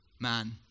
man